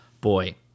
Boy